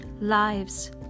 lives